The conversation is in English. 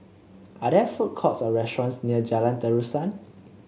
are there food courts or restaurants near Jalan Terusan